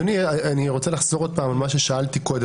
אדוני, אני רוצה לחזור על מה ששאלתי קודם.